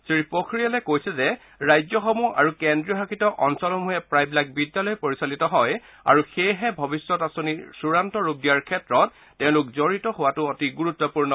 শ্ৰীপখৰিয়ালে কৈয়ে যে ৰাজ্যসমূহ আৰু কেন্দ্ৰীয়শাসিত অঞ্চলসমূহে প্ৰায়বিলাক বিদ্যালয়েই পৰিচালিত হয় আৰু সেয়েহে ভৱিষ্যৎ আঁচনিৰ চূড়ান্ত ৰূপ দিয়াৰ ক্ষেত্ৰত তেওঁলোক জড়িত হোৱাতো অতি গুৰুত্বপূৰ্ণ